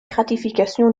gratification